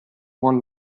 buon